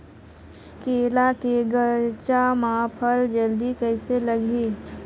केला के गचा मां फल जल्दी कइसे लगही?